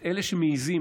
את אלה שמעיזים,